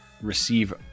receive